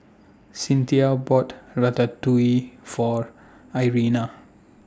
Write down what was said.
Cinthia bought Ratatouille For Irena